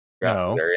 No